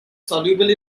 soluble